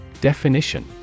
Definition